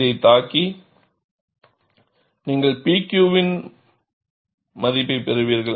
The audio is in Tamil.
இதைத் தாக்கி நீங்கள் P Q இன் மதிப்பைப் பெறுவீர்கள்